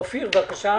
אופיר, בבקשה.